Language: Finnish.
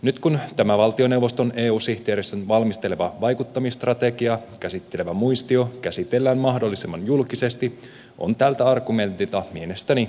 nyt kun tämä valtioneuvoston eu sihteeristön valmistelema vaikuttamisstrategiaa käsittelevä muistio käsitellään mahdollisimman julkisesti on tältä argumentilta mielestäni pohja pois